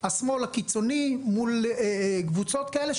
השמאל הקיצוני מול קבוצות כאלה,